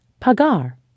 pagar